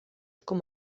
com